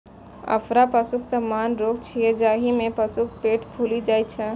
अफरा पशुक सामान्य रोग छियै, जाहि मे पशुक पेट फूलि जाइ छै